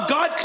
God